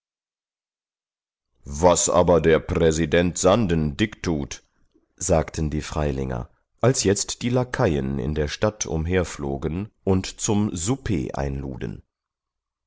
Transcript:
was aber der präsident sanden dick tut sagten die freilinger als jetzt die lakaien in der stadt umherflogen und zum souper einluden